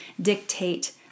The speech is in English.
dictate